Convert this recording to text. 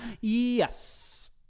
Yes